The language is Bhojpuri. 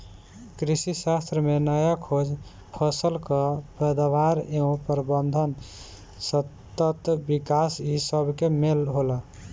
कृषिशास्त्र में नया खोज, फसल कअ पैदावार एवं प्रबंधन, सतत विकास इ सबके मेल होला